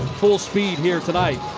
full speed here tonight.